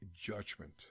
judgment